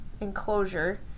enclosure